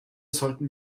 sollten